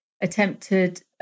attempted